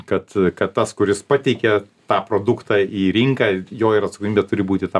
kad kad tas kuris pateikia tą produktą į rinką jo ir atsakomybė turi būti ta